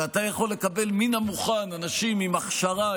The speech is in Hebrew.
ואתה יכול לקבל מן המוכן אנשים עם הכשרה,